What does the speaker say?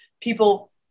people